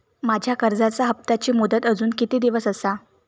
माझ्या कर्जाचा हप्ताची मुदत अजून किती दिवस असा?